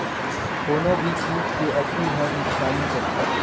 कोनो भी चीज के अती हर नुकसानी करथे